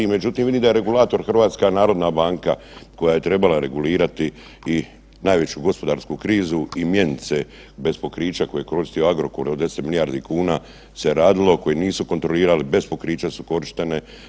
Međutim, vidim da je regulator HNB koja je trebala regulirati i najveću gospodarsku krizu i mjenice bez pokrića koje je koristio Agrokor o 10 milijardi kuna se radilo koje nisu kontrolirali, bez pokrića su korištene.